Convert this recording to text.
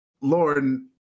Lauren